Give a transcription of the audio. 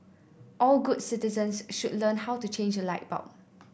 all good citizens should learn how to change a light bulb